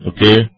Okay